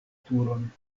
turon